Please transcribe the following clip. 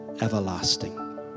everlasting